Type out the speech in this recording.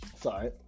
Sorry